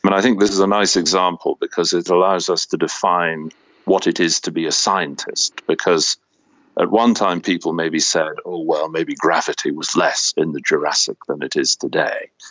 but i think this is a nice example because it allows us to define what it is to be a scientist, because at one time people maybe said, oh well, maybe gravity was less in the jurassic than it is today,